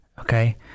Okay